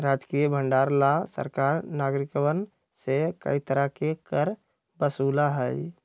राजकीय भंडार ला सरकार नागरिकवन से कई तरह के कर वसूला हई